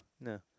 No